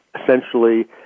essentially